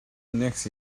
next